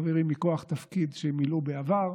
חברים מכוח תפקיד שהם מילאו בעבר,